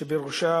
שבראשה